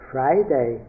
Friday